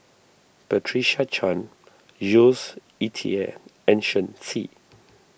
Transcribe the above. Patricia Chan Jules Itier and Shen Xi